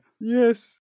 Yes